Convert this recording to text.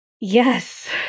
yes